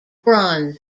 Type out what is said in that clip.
bronze